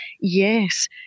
yes